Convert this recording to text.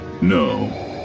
No